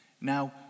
Now